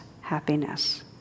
happiness